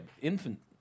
infant